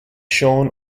sean